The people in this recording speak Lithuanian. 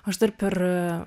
aš dar per